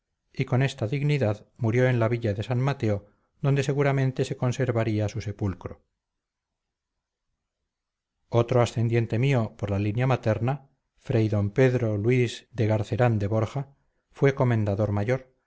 y con esta dignidad murió en la villa de san mateo donde seguramente se conservaría su sepulcro otro ascendiente mío por la línea materna frey d pedro luis de garcerán de borja fue comendador mayor